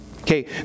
Okay